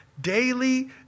Daily